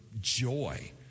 joy